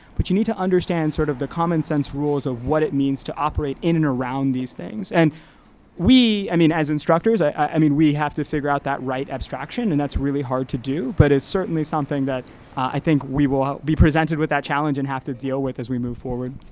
but you need to understand sort of the common sense rules of what it means to operate in and around these things. and we, i mean as instructors, i mean we have to figure out that right abstraction, and that's really hard to do, but it's certainly something that i think we will be presented with that challenge and have to deal with as we move forward.